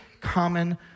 common